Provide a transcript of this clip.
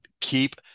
keep